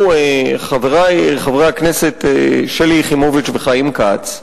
חברי חברי הכנסת שלי יחימוביץ וחיים כץ,